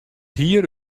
hier